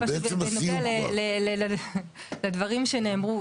בנוגע לדברים שנאמרו.